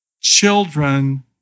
Children